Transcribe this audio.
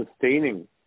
Sustaining